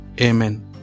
Amen